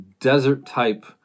desert-type